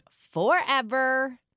forever